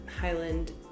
Highland